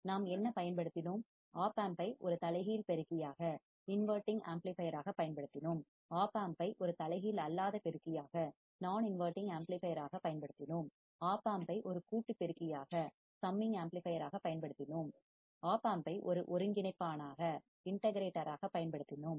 நாம் என்ன பயன்படுத்தினோம் ஓப்பாம்பை ஒரு தலைகீழ் பெருக்கியாகப் இன்வடிங் ஆம்ப்ளிபையர் ஆக பயன்படுத்தினோம் ஓப்பம்பை ஒரு தலைகீழ் அல்லாத பெருக்கியாகப் நான் இன்வடிங்ஆம்ப்ளிபையர் ஆக பயன்படுத்தினோம் ஓப்பம்பை ஒரு கூட்டு பெருக்கியாகப் சம்மிங் ஆம்ப்ளிபையர் ஆக பயன்படுத்தினோம் ஓப்பம்பை ஒரு ஒருங்கிணைப்பானாகப் இண்ட கிரேட்டர் ஆக பயன்படுத்தினோம்